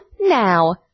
now